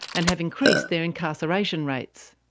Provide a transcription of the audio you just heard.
and have increased their incarceration rates.